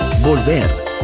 Volver